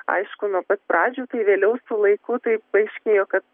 aišku nuo pat pradžių tai vėliau su laiku tai paaiškėjo kad